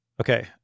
Okay